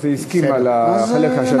אז היא הסכימה לחלק שאתם מתנגדים.